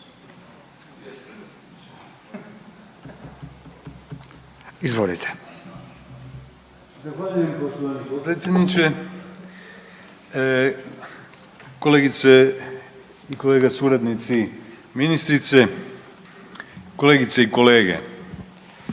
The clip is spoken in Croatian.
Zahvaljujem poštovani potpredsjedniče, kolegice i kolege suradnici ministrice, kolegice i kolege.